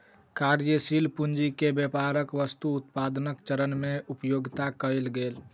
कार्यशील पूंजी के व्यापारक वस्तु उत्पादनक चरण में उपयोग कएल गेल